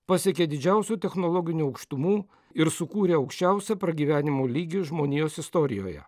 pasiekė didžiausių technologinių aukštumų ir sukūrė aukščiausią pragyvenimo lygį žmonijos istorijoje